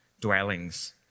dwellings